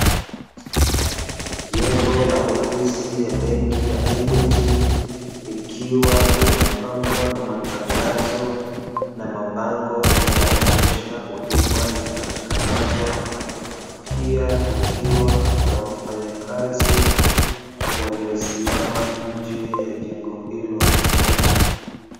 Jengo la ofisi ya benki ya "EQUITY" ikiwa imepambwa na matangazo na mabango yanayoonyesha huduma zipatikanazo, pia kukiwa na wafanyakazi Waliosimama nje ya jengo hilo.